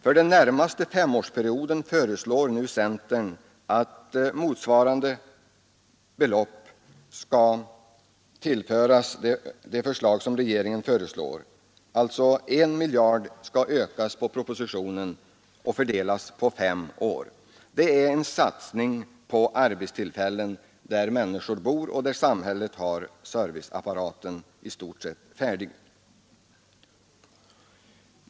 För den närmaste femårsperioden föreslår centern nu att regeringens förslag skall ökas med motsvarande belopp, alltså att propositionens förslag skall ökas med 1 miljard, fördelat på fem år. Det är en satsning på arbetstillfällen på orter där människor bor och där samhället har serviceapparaten i stort sett färdig.